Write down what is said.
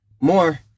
more